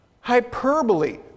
hyperbole